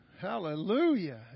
hallelujah